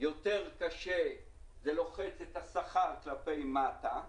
יותר קשה וזה לוחץ את השכר כלפי מטה,